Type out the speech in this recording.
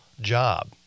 job